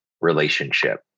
relationship